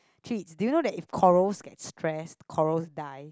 chiz do you know that when corals get stressed corals die